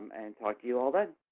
and talk to you all then.